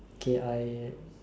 okay I